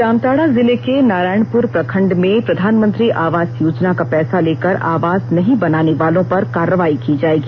जामताड़ा जिले के नारायणपुर प्रखंड में प्रधानमंत्री आवास योजना का पैसा लेकर आवास नहीं बनानेवालों पर कार्रवाई की जाएगी